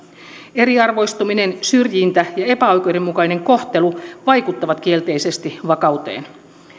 eriarvoistuminen syrjintä ja epäoikeudenmukainen kohtelu vaikuttavat kielteisesti vakauteen